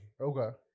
Okay